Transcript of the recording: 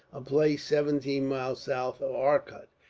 a place seventeen miles south of arcot,